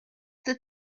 that